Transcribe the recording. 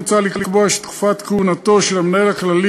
מוצע לקבוע שתקופת כהונתו של המנהל הכללי